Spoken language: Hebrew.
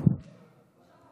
שלוש